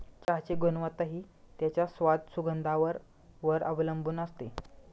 चहाची गुणवत्ता हि त्याच्या स्वाद, सुगंधावर वर अवलंबुन असते